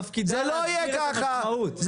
תפקידה להסביר את המשמעות.